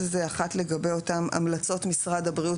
האחת לגבי אותן המלצות משרד הבריאות,